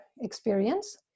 experience